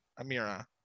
Amira